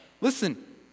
Listen